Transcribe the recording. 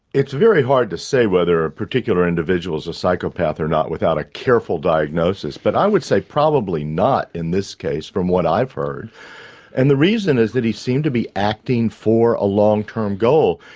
it's very hard to say whether a particular individual is a psychopath or not without a careful diagnosis but i would say probably not in this case from what i've heard and the reason is that he seemed to be acting for a long term goal.